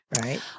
Right